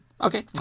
Okay